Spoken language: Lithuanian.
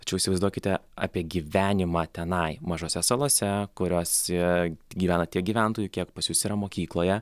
tačiau įsivaizduokite apie gyvenimą tenai mažose salose kuriose gyvena tiek gyventojų kiek pas jus yra mokykloje